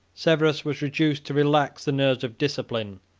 severus was reduced to relax the nerves of discipline.